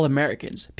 Americans